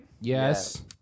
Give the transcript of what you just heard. Yes